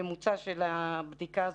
הממוצע של הבדיקה הזאת,